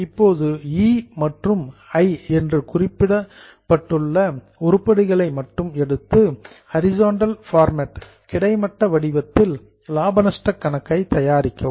இப்போது ஈ மற்றும் ஐ என்று குறிப்பிட்டுள்ள உருப்படிகளை மட்டும் எடுத்து ஹரிசாண்டல் ஃபார்மேட் கிடைமட்ட வடிவத்தில் லாப நஷ்ட கணக்கை தயாரிக்கவும்